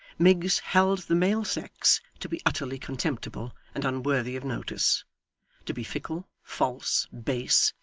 miggs held the male sex to be utterly contemptible and unworthy of notice to be fickle, false, base,